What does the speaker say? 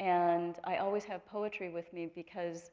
and i always have poetry with me because